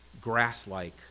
grass-like